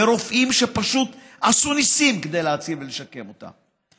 ורופאים שפשוט עשו ניסים כדי להציל ולשקם אותה.